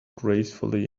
gracefully